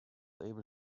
able